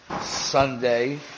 Sunday